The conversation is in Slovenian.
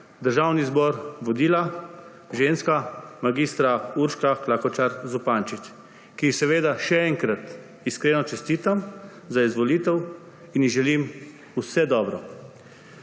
Državni zbor vodila ženska, mag. Urška Klakočar Zupančič, ki ji seveda še enkrat iskreno čestitam za izvolitev in ji želim vse dobro.